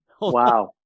Wow